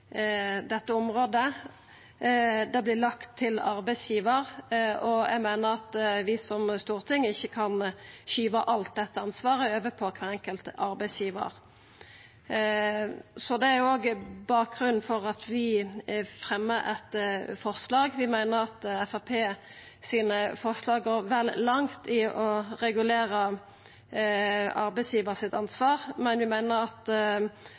dette området lagt til arbeidsgivaren, og eg meiner at vi som storting ikkje kan skyva alt dette ansvaret over på kvar enkelt arbeidsgivar. Det er òg bakgrunnen for at vi fremjar eit forslag. Vi meiner at forslaga frå Framstegspartiet går vel langt i å regulera arbeidsgivar sitt ansvar, men vi meiner at